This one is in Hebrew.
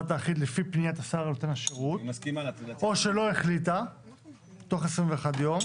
האחיד לפי פניית השר נותן השירות או שלא החליטה תוך 21 יום,